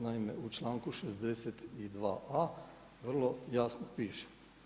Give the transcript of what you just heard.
Naime, u članku 62a. vrlo jasno piše.